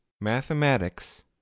Mathematics